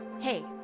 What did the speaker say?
hey